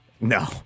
No